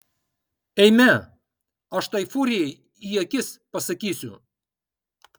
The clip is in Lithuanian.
eime aš tai furijai į akis pasakysiu